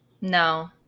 No